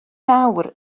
mawr